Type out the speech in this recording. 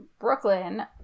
Brooklyn